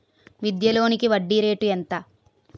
విద్యా లోనికి వడ్డీ రేటు ఎంత?